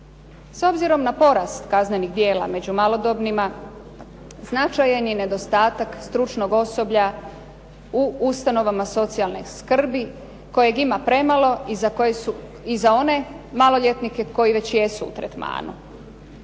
S obzirom na porast kaznenih djela među malodobnima, značajan je nedostatak stručnog osoblja u ustanovama socijalne skrbi kojeg ima premalo i za one maloljetnike koji već jesu u tretmanu.